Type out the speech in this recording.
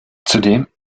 zudem